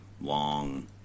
long